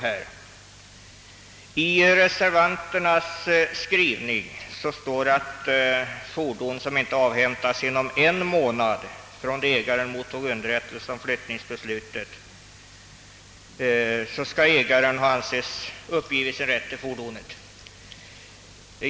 I den av reservanterna föreslagna lagparagrafen står att om ägaren ej inom en månad från det han mottog underrättelse om flyttningsbeslutet ej avhämtat fordonet skall han anses ha uppgivit sin rätt till detsamma.